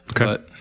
Okay